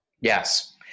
Yes